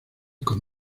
con